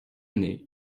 année